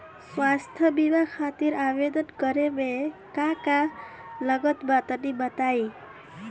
स्वास्थ्य बीमा खातिर आवेदन करे मे का का लागत बा तनि बताई?